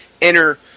enter